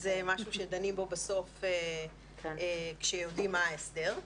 זה משהו שדנים בו בסוף כשיודעים מה ההסדר,